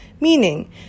meaning